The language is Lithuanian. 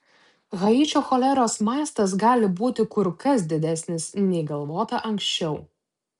haičio choleros mastas gali būti kur kas didesnis nei galvota anksčiau